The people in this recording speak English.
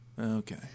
Okay